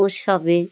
উৎসবে